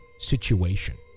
situation